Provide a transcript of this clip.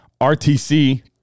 RTC